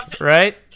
right